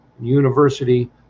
University